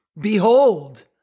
Behold